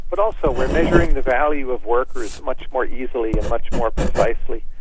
but also we are measuring the value of workers much more easily and much more precisely.